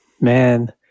Man